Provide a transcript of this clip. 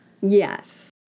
Yes